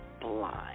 blind